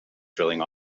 drilling